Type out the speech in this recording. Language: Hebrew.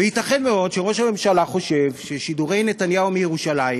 וייתכן מאוד שראש הממשלה חושב ששידורי נתניהו מירושלים,